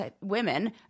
women